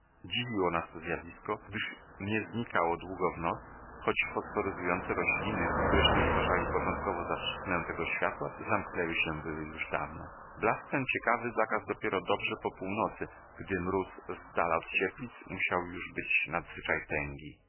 dziwiło nas to zjawisko gdyż nie znikało długo w noc choć fosforyzujące rośliny któreśmy uważali początkowo za przyczynę tego światła zamknęły się były już dawno blask ten ciekawy zagasł dopiero dobrze po północy gdy mróz zdala od cieplic musiał już być nadzwyczaj tęgi nim